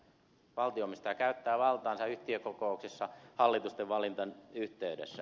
valtionomistaja käyttää valtaansa yhtiökokouksissa hallitusten valinnan yhteydessä